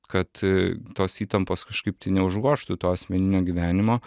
kad tos įtampos kažkaip tai neužgožtų to asmeninio gyvenimo